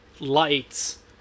lights